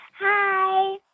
Hi